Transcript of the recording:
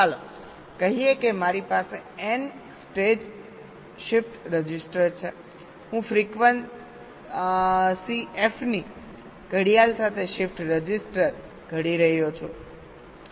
ચાલો કહીએ કે મારી પાસે એન સ્ટેજ શિફ્ટ રજિસ્ટર છે હું ફ્રીક્વન્સી એફની ઘડિયાળ સાથે શિફ્ટ રજિસ્ટર ઘડી રહ્યો છું